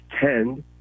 tend